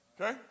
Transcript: Okay